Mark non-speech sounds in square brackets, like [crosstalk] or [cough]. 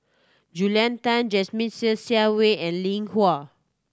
Julia Tan Jasmine Ser Xiang Wei and Lin [unintelligible]